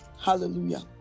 Hallelujah